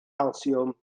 calsiwm